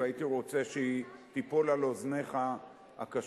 והייתי רוצה שהיא תיפול על אוזניך הקשובות.